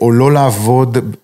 או לא לעבוד.